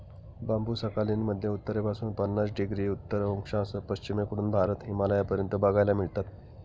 बांबु Sakhalin मध्ये उत्तरेपासून पन्नास डिग्री उत्तर अक्षांश, पश्चिमेकडून भारत, हिमालयापर्यंत बघायला मिळतात